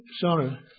Sorry